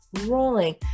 rolling